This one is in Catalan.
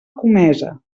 comesa